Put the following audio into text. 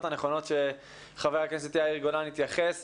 הנכונות שחבר הכנסת יאיר גולן התייחס אליהן.